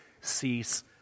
cease